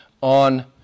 on